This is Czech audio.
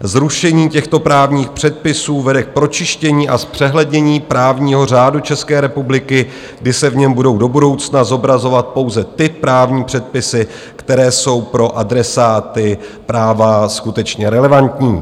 Zrušení těchto právních předpisů vede k pročištění a zpřehlednění právního řádu České republiky, kdy se v něm budou do budoucna zobrazovat pouze ty právní předpisy, které jsou pro adresáty práva skutečně relevantní.